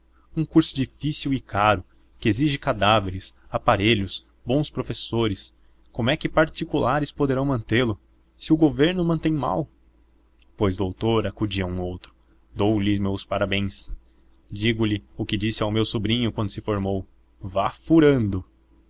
um curso difícil e caro que exige cadáveres aparelhos bons professores como é que particulares poderão mantê lo se o governo mantém mal pois doutor acudia um outro dou-lhe meus parabéns digo-lhe o que disse ao meu sobrinho quando se formou vá furando